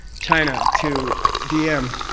china, to dm